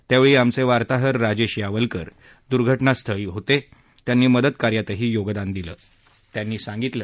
त्यावेळी आमचे वार्ताहर राजेश यावलकर दुर्घटनास्थळी होते त्यांनी मदतकार्यातही योगदान दिलं त्यांनी सांगितलं